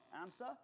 answer